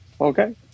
Okay